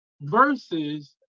versus